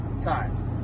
times